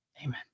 Amen